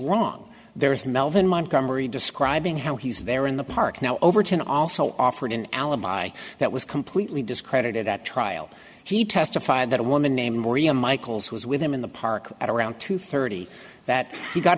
wrong there is melvin montgomery describing how he's there in the park now over ten also offered an alibi that was completely discredited at trial he testified that a woman named maria michaels was with him in the park at around two thirty that he got